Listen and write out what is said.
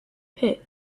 pit